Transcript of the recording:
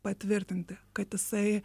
patvirtinti kad jisai